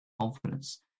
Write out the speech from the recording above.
confidence